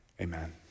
Amen